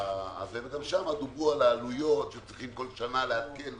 גם שם דיברו על עלויות, שצריך כל שנה לעדכן וכולי.